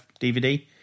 DVD